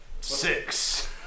Six